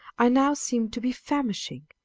i now seemed to be famishing,